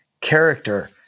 character